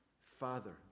Father